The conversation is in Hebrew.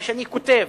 מה שאני כותב,